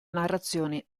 narrazione